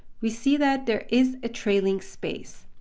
we see that there is a trailing space.